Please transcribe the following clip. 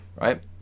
Right